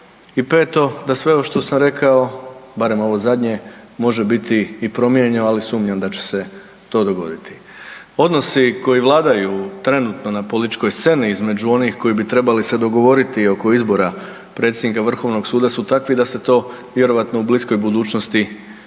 I peto, da sve ovo što sam rekao, barem ovo zadnje može biti i promijenjeno, ali sumnjam da će se to dogoditi. Odnosi koji vladaju trenutno na političkoj sceni između onih koji bi trebali se dogovoriti oko izbora predsjednika Vrhovnog suda su takvi da se to vjerojatno u bliskoj budućnosti